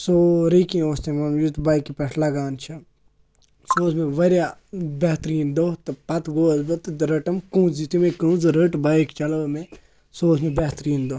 سورُے کیٚنٛہہ اوس تِمَن یُتھ بایکہِ پٮ۪ٹھ لَگان چھِ سُہ اوس مےٚ واریاہ بہتریٖن دۄہ تہٕ پَتہٕ گوس بہٕ تہٕ رٔٹم کُنٛز یُتھٕے مےٚ کُنٛز رٔٹۍ بایِک چَلٲو مےٚ سُہ اوس مےٚ بہتریٖن دۄہ